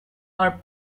are